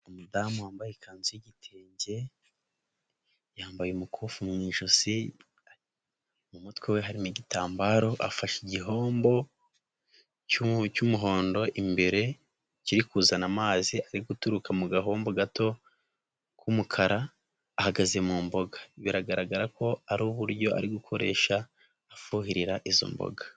Umudamu wambaye ikanzu y'igitenge, yambaye umukufi mu ijosi, mu mutwe we harimo igitambaro afashe igihombo cy'umuhondo imbere kiri kuzana amazi ari guturuka mu gahombo gato k'umukara, ahagaze mu mboga biragaragara ko ari uburyo ari gukoresha afuhirira izo mboga.